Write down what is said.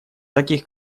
таких